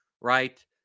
right